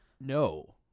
no